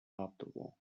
optimal